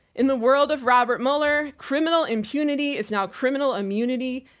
in the world of robert mueller, criminal impunity is now criminal immunity.